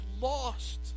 lost